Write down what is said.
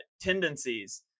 tendencies